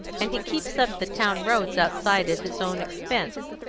and he keeps up the town roads outside at his own expense.